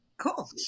Cool